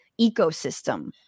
ecosystem